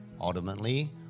Ultimately